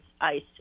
ice